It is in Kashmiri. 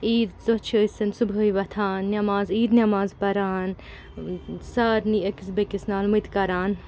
عیٖد دۄہ چھِ أسٮ۪ن صُبحٲے وۄتھان نٮ۪ماز عیٖد نٮ۪ماز پَران سارنٕے أکِس بیٚیِس نالہٕ مٔتۍ کَران